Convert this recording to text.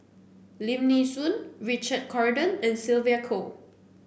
Lim Nee Soon Richard Corridon and Sylvia Kho